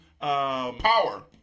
Power